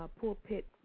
pulpit